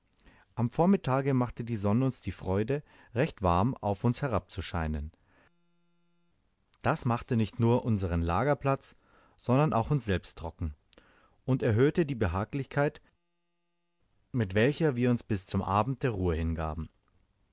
am vormittage machte die sonne uns die freude recht warm auf uns herabzuscheinen das machte nicht nur unsern lagerplatz sondern auch uns selbst trocken und erhöhte die behaglichkeit mit welcher wir uns bis zum abend der ruhe hingaben